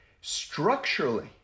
structurally